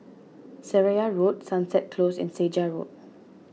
Seraya Road Sunset Close and Segar Road